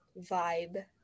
vibe